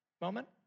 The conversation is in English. moment